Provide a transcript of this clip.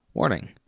Warning